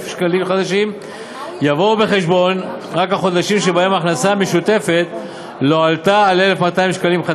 ש"ח יובאו בחשבון רק החודשים שבהם ההכנסה המשותפת לא עלתה על 1,200 ש"ח,